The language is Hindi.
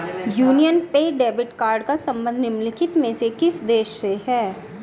यूनियन पे डेबिट कार्ड का संबंध निम्नलिखित में से किस देश से है?